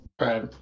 Right